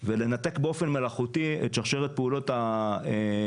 ולנתק באופן מלאכותי את שרשרת פעולות האכיפה